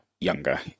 younger